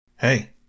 Hey